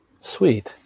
Sweet